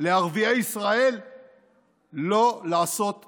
לערביי ישראל לא לעשות טעות,